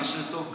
מה שטוב,